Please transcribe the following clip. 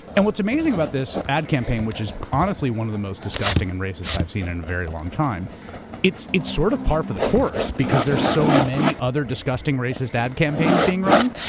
and what's amazing about this ad campaign which is honestly one of the most disgusting and racist i've seen in a very long time it's it's sort of par for the course because there's so many other disgusting racist ad campaigns being run.